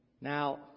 Now